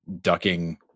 ducking